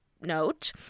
note